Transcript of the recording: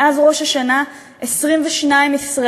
מאז ראש השנה 22 ישראלים